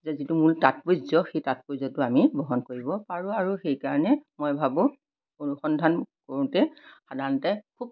যে যিটো মূল তাৎপৰ্য্য় সেই তাৎপৰ্য্য়টো আমি বহন কৰিব পাৰোঁ আৰু সেইকাৰণে মই ভাবোঁ অনুসন্ধান কৰোঁতে সাধাৰণতে খুব